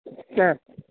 ആ